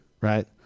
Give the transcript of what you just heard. right